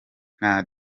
nta